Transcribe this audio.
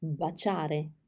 baciare